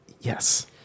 Yes